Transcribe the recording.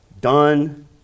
done